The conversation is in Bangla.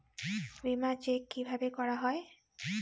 বিমা চেক কিভাবে করা হয়?